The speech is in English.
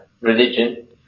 religion